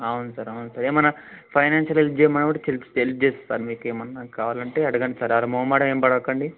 అవును సార్ అవును సార్ ఏమైనా ఫైనాన్షియల్ హెల్ప్ చేయమన్నా కూడా హెల్ప్ చేస్తాం మీకు ఏమైనా కావాలంటే అడగండి సార్ అది మొహమాటమేం పడకండి